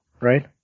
right